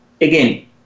again